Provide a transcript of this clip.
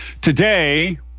Today